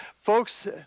Folks